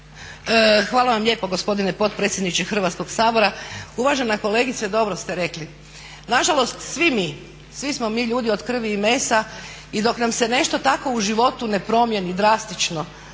Hvala vam lijepo gospodine potpredsjedniče Hrvatskog sabora. Uvažena kolegice dobro ste rekli. Na žalost svi mi, svi smo mi ljudi od krvi i mesa i dok nam se nešto tako u životu ne promijeni drastično,